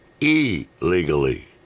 Illegally